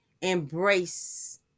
embrace